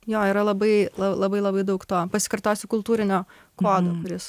jo yra labai labai labai daug to pasikartosiu kultūrinio kodo kuris